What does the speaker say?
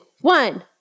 one